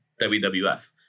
WWF